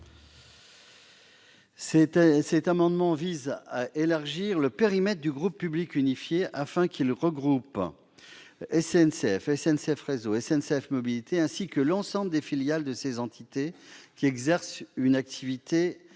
215 a pour objet d'élargir le périmètre du groupe public unifié, afin qu'il regroupe SNCF, SNCF Réseau, SNCF Mobilités, ainsi que l'ensemble des filiales de ces entités qui exercent une activité de